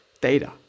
data